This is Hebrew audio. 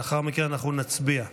לאחר מכן אנחנו נצביע.